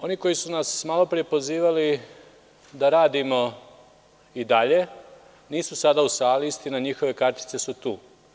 Oni koji su nas malo pre pozivali da radimo i dalje, nisu sada u sali, njihove kartice su tu.